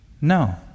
No